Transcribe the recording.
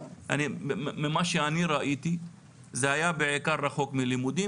ממה שאני ראיתי זה היה בעיקר רחוק מלימודים,